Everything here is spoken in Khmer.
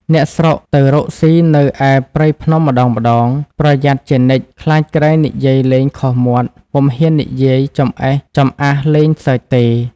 អ្នកស្រុកទៅរកសុីនៅឯព្រៃភ្នំម្ដងៗប្រយ័ត្នជានិច្ច ខ្លាចក្រែងនិយាយលេងខុសមាត់ ពុំហ៊ាននិយាយចម្អេះចំអាសលេងសើចទេ។